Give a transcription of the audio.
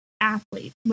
athletes